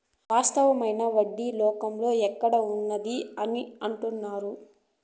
వాస్తవమైన వడ్డీ లోకంలో యాడ్ ఉన్నది అని అంటుంటారు